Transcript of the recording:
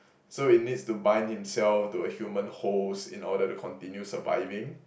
so it needs to bind himself to a human host in order to continue surviving